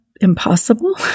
impossible